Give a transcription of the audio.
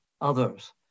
others